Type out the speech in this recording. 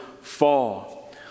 fall